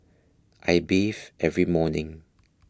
I bathe every morning